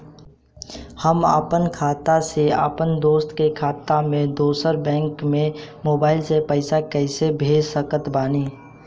हम आपन खाता से अपना दोस्त के खाता मे दोसर बैंक मे मोबाइल से पैसा कैसे भेज सकत बानी?